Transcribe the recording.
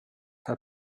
fel